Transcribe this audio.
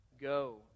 go